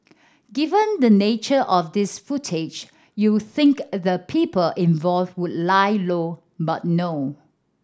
given the nature of this footage you think the people involved would lie low but no